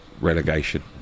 relegation